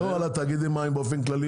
לא על תאגידי המים באופן כללי,